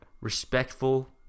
respectful